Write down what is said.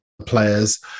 players